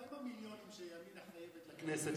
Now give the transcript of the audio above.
מה עם המיליונים שימינה חייבת לכנסת,